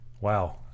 Wow